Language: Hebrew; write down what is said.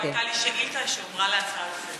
והייתה לי שאילתה שהומרה להצעה לסדר-היום.